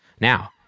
Now